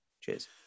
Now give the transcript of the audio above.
Cheers